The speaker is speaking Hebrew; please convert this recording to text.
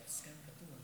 כך כתוב בהסכם.